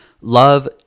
love